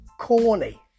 corny